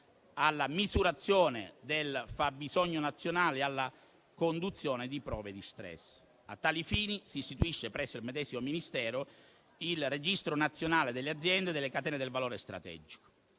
alla misurazione del fabbisogno nazionale e alla conduzione di prove di *stress*. A tali fini, si istituisce presso il medesimo Ministero il registro nazionale delle aziende e delle catene del valore strategiche.